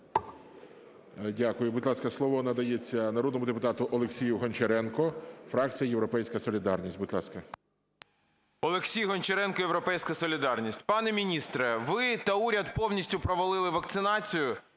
Дякую. Будь ласка, слово надається народному депутату Олексію Гончаренку, фракція "Європейська солідарність". Будь ласка. 10:49:54 ГОНЧАРЕНКО О.О. Олексій Гончаренко, "Європейська солідарність". Пане міністре, ви та уряд повністю провалили вакцинацію.